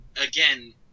again